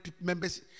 members